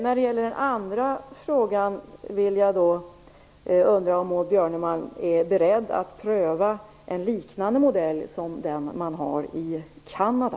När det gäller den andra frågan undrar jag om Maud Björnemalm är beredd att pröva en modell liknande den man har i Kanada.